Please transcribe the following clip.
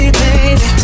baby